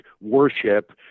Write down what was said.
worship